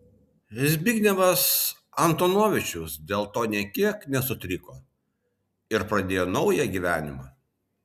zbignevas antonovičius dėl to nė kiek nesutriko ir pradėjo naują gyvenimą